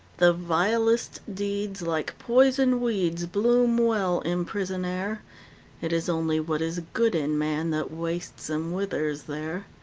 the vilest deeds, like poison weeds, bloom well in prison air it is only what is good in man that wastes and withers there.